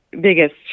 biggest